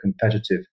competitive